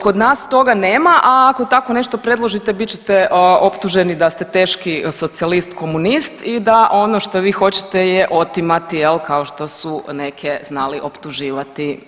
Kod nas toga nema, a ako tako nešto predložite bit ćete optuženi da ste teški socijalist, komunist i da ono što vi hoćete je otimati jel, kao što su neke znali optuživati.